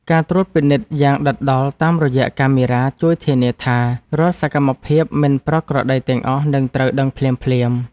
ការត្រួតពិនិត្យយ៉ាងដិតដល់តាមរយៈកាមេរ៉ាជួយធានាថា រាល់សកម្មភាពមិនប្រក្រតីទាំងអស់នឹងត្រូវដឹងភ្លាមៗ។